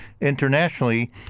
internationally